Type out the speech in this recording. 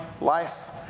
life